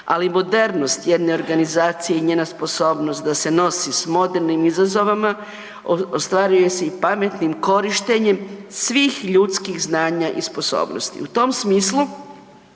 Ali modernost jedne organizacije i njena sposobnost da se nosi sa modernim izazovima ostvaruje se i pametnim korištenjem svih ljudskih znanja i sposobnosti. U tom smislu